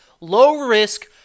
Low-risk